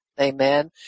Amen